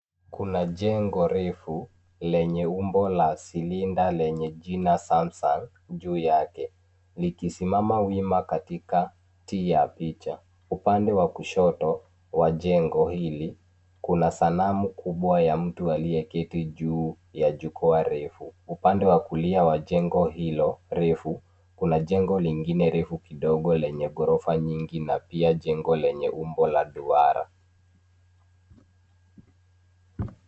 Kuna jengo refu lenye umbo la silinda lenye jina Samsung juu yake likisimama wima katikati ya picha. Upande wa kushoto wa jengo hili kuna sanamu kubwa ya mtu aliyekiti juu ya jukwaa refu. Upande wa kulia wa jengo hilo refu kuna jengo lingine refu kidogo lenye ghorofa nyingi na pia jengo lenye umbo la duara.